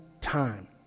time